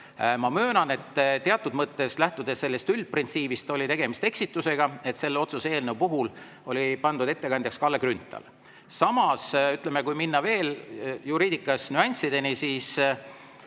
Ma möönan, et teatud mõttes, lähtudes üldprintsiibist, oli tegemist eksitusega, et selle otsuse eelnõu puhul oli pandud ettekandjaks Kalle Grünthal. Samas, ütleme, kui minna juriidiliste nüanssideni, siis